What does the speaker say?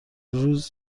روز